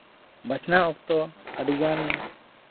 ᱵᱟᱪᱷᱱᱟᱣ ᱚᱠᱛᱚ ᱟᱹᱰᱤᱜᱟᱱ